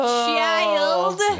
child